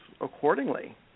accordingly